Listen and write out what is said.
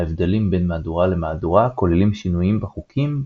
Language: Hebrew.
ההבדלים בין מהדורה למהדורה כוללים שינויים בחוקים,